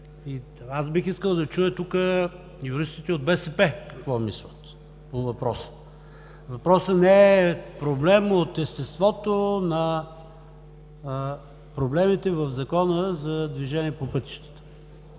аз бих искал да чуя тук юристите от БСП какво мислят по въпроса? Въпросът не е проблем от естеството на проблемите в Закона за движение по пътищата.